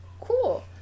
cool